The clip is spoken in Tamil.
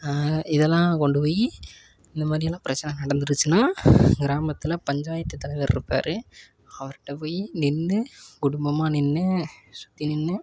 இதெல்லாம் கொண்டு போய் இந்த மாதிரிலாம் பிரச்சனை நடந்திருச்சின்னால் கிராமத்தில் பஞ்சாயத்துத் தலைவர் இருப்பார் அவர்கிட்ட போய் நின்று குடும்பமாக நின்று சுற்றி நின்று